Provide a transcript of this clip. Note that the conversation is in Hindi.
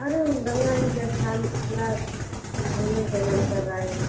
अर्रे गंगा जी के स्थान पुरा घूमने का मन कर रहा है